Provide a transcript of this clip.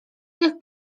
niech